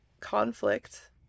conflict